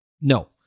no